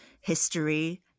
history